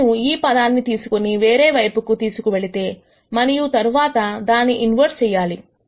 నేను ఈ పదాన్ని తీసుకుని వేరే వైపు తీసుకు వెళితే మరియు తరువాత దానిని ఇన్వెర్స్ చేయాలి